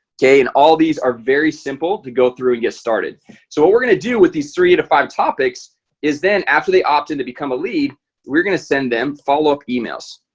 ok, and all these are very simple to go through and get started so what we're gonna do with these three to five topics is then after they opt-in to become a lead we're gonna send them follow-up emails.